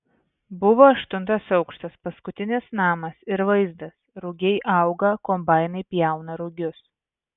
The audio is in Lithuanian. buvo aštuntas aukštas paskutinis namas ir vaizdas rugiai auga kombainai pjauna rugius